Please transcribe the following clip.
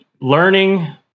learning